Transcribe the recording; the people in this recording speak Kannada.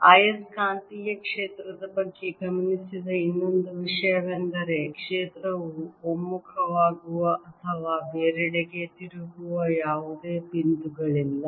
ಆಯಸ್ಕಾಂತೀಯ ಕ್ಷೇತ್ರದ ಬಗ್ಗೆ ಗಮನಿಸಿದ ಇನ್ನೊಂದು ವಿಷಯವೆಂದರೆ ಕ್ಷೇತ್ರವು ಒಮ್ಮುಖವಾಗುವ ಅಥವಾ ಬೇರೆಡೆಗೆ ತಿರುಗುವ ಯಾವುದೇ ಬಿಂದುಗಳಿಲ್ಲ